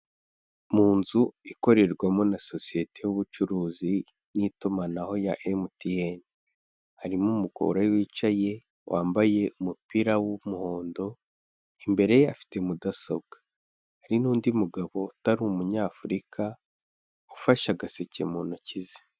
Mu nzu ikorerwamo na sosiyete y'ubucuruzi n'itumanaho ya Emutiyeni harimo umugore wicaye wambaye umupira w'umuhondo imbere ye afite mudasobwa, hari n'undi mugabo utari umunyafurika ufashe agaseke mu ntoki ze.